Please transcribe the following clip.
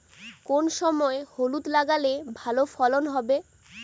কোন সময় হলুদ লাগালে ভালো ফলন হবে?